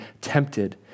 tempted